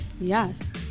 Yes